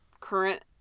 current